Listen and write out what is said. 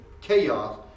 chaos